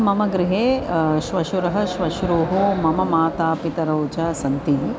मम गृहे श्वशुरः श्वश्रूः मम मातापितरौ च सन्ति